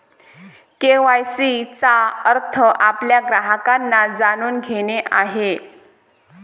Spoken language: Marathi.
के.वाई.सी चा अर्थ आपल्या ग्राहकांना जाणून घेणे आहे